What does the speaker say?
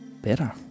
better